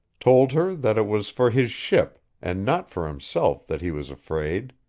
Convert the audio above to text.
told her that it was for his ship and not for himself that he was afraid.